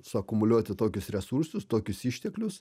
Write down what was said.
suakumuliuoti tokius resursus tokius išteklius